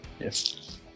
Yes